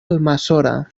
almassora